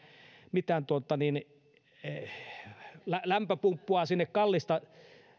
mitään kallista lämpöpumppua sinne